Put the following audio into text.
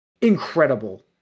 incredible